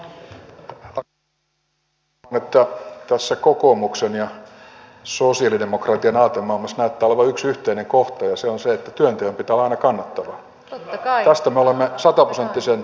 huomaan että tässä kokoomuksen ja sosialidemokraattien aatemaailmassa näyttää olevan yksi yhteinen kohta ja se on se että työnteon pitää olla aina kannattavaa tästä me olemme sataprosenttisen yhtä mieltä